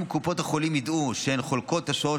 אם קופות החולים ידעו שהן חולקות את השעות